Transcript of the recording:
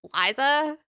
Liza